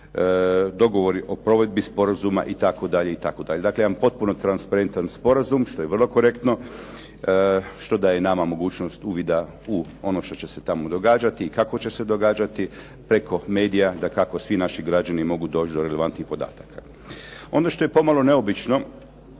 dogovori o provedbi sporazuma i tako dalje, i tako dalje. Dakle, jedan potpuno transparentan sporazum, što je vrlo korektno, što daje nama mogućnost uvida u ono što će se tamo događati i kako će se događati. Preko medija, dakako svi naši građani mogu doći do relevantnih podataka. Ono što je pomalo neobično